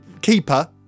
Keeper